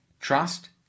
Trust